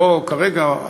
לא כרגע,